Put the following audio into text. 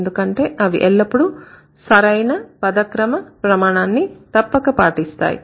ఎందుకంటే అవి ఎల్లప్పుడూ సరైన పదక్రమ ప్రమాణాన్నితప్పకపాటిస్తాయి